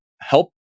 help